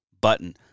button